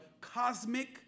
cosmic